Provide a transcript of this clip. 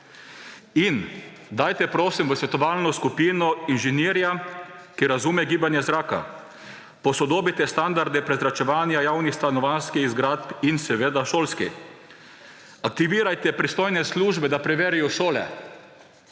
da dajte, prosim, v svetovalno skupino inženirja, ki razume gibanje zraka, posodobite standarde prezračevanja javnih stanovanjskih zgradb in seveda šolskih, aktivirajte pristojne službe, da preverijo šole.